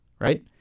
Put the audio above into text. right